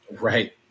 Right